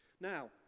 Now